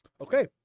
Okay